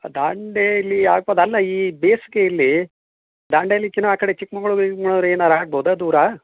ದಾಂಡೇಲಿ ಆಗ್ತದೆ ಅಲ್ಲ ಈ ಬೇಸಿಗೆಯಲ್ಲಿ ದಾಂಡೇಲಿಕಿನ್ನ ಆ ಕಡೆ ಚಿಕ್ಕಮಗಳೂರು ಈ ಮಂಗಳೂರು ಏನಾರ ಆಗ್ಬೋದಾ ದೂರ